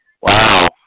wow